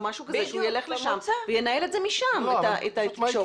שהוא ילך לשם וינהל משם את התקשורת הזאת.